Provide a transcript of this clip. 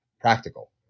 practical